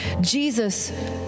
Jesus